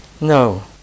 No